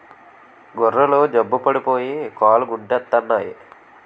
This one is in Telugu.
గొర్రెలు జబ్బు పడిపోయి కాలుగుంటెత్తన్నాయి